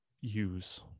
use